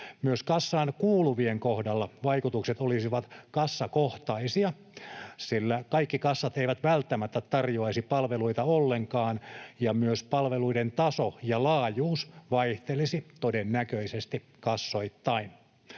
Myös kassaan kuuluvien kohdalla vaikutukset olisivat kassakohtaisia, sillä kaikki kassat eivät välttämättä tarjoaisi palveluita ollenkaan ja myös palveluiden taso ja laajuus vaihtelisi todennäköisesti kassoittain.